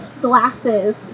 glasses